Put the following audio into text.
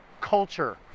culture